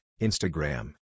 Instagram